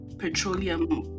petroleum